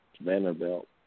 Vanderbilt